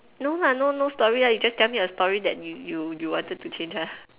no lah no no story lah you just tell me a story that you you you wanted to change ah